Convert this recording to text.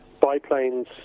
biplanes